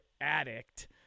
addict